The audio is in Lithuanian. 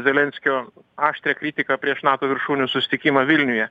zelenskio aštrią kritiką prieš nato viršūnių susitikimą vilniuje